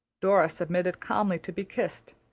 dora submitted calmly to be kissed,